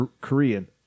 Korean